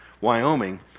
Wyoming